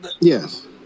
Yes